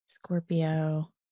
Scorpio